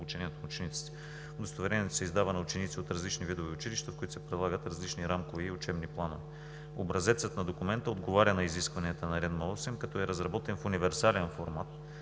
обучението на учениците. Удостоверението се издава на ученици от различни видове училища, в които се прилагат различни рамкови и учебни планове. Образецът на документа отговаря на изискванията на Наредба № 8, като е разработен в универсален формат,